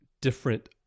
different